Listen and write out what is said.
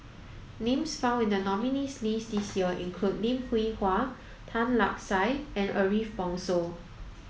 names found in the nominees' list this year include Lim Hwee Hua Tan Lark Sye and Ariff Bongso